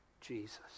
Jesus